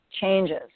changes